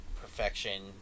Perfection